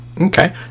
okay